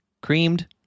creamed